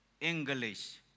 English